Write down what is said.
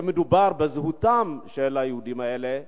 כשמדובר בזהותם של היהודים האלה,